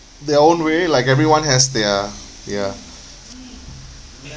their own way like everyone has their ya